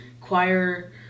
choir